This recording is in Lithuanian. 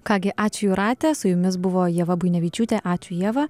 ką gi ačiū jūrate su jumis buvo ieva buinevičiūtė ačiū ieva